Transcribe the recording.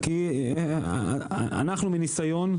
כי אנחנו מניסיון,